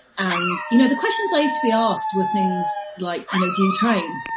and you know the questions i used to be asked were things like, you know, do you train?